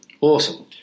Awesome